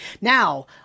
Now